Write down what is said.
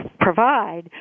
provide